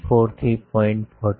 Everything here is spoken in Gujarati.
4 થી 0